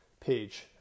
page